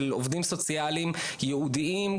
של עובדים סוציאליים ייעודיים,